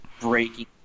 breaking